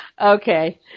okay